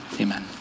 amen